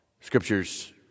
Scriptures